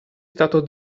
stato